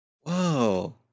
Whoa